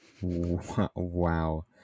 Wow